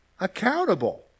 Accountable